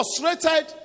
frustrated